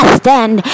stand